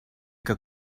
que